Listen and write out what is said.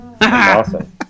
awesome